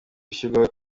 gushyirwaho